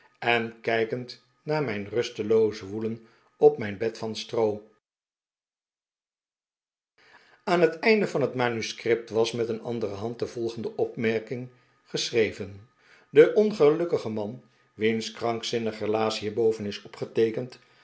en kijkend naar mijn rusteloos woelen op mijn bed van stroo aan het einde vari het manuscript was met een andere hand de volgende opmerking geschreven de